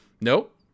Nope